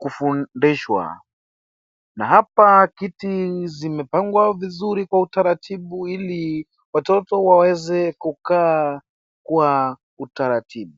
kufundishwa. Na hapa kiti zimepangwa vizuri kwa utaratibu ili watoto waweze kukaa kwa utaratibu.